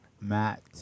Matt